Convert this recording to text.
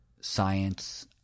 science